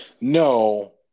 No